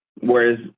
Whereas